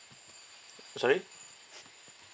sorry